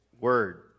word